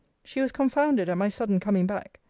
she was confounded at my sudden coming back.